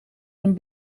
een